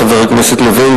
חבר הכנסת לוין,